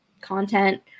content